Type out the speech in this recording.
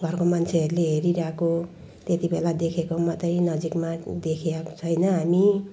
घरको मान्छेहरूले हेरिरहेको त्यति बेला देखेको मात्रै नजिकमा देखेको अब छैन हामी